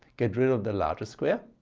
get rid of the largest square